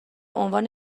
عنوان